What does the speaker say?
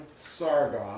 Sargon